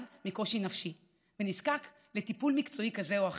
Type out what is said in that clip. מקושי נפשי ונזקק לטיפול מקצועי כזה או אחר.